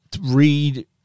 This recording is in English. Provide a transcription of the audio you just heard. read